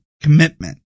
commitment